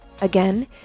Again